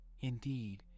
Indeed